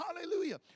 Hallelujah